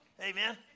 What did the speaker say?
Amen